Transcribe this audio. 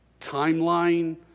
Timeline